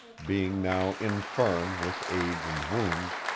being now infirm with age and wounds,